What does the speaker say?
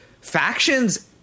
factions